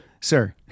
sir